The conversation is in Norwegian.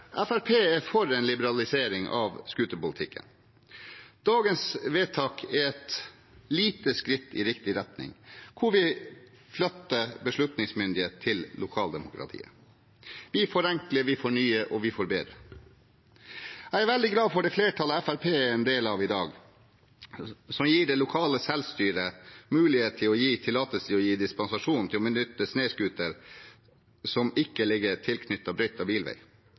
er for en liberalisering av scooterpolitikken. Dagens vedtak er et lite skritt i riktig retning, hvor vi flytter beslutningsmyndighet til lokaldemokratiet. Vi forenkler, vi fornyer, og vi forbedrer. Jeg er veldig glad for det flertallet Fremskrittspartiet er en del av i dag, som gir det lokale selvstyret mulighet til å gi tillatelse til å gi dispensasjon for å benytte snøscooter til hytte som ikke ligger tilknyttet brøytet bilvei,